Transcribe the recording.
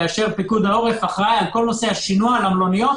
כאשר פיקוד העורף אחראי על כל נושא השינוע למלוניות